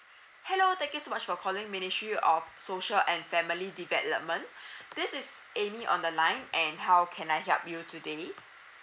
hello thank you so much for calling ministry of social and family development this is amy on the line and how can I help you today